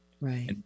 Right